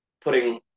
putting